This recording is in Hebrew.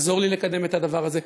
לעזור לי לקדם את הדבר הזה.